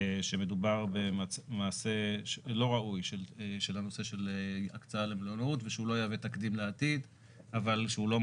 שמדובר במעשה לא ראוי של הקצאה למלונאות ושהוא לא יהווה